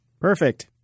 Perfect